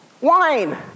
Wine